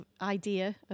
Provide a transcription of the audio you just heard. idea